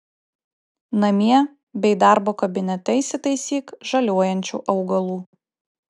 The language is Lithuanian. namie bei darbo kabinete įsitaisyk žaliuojančių augalų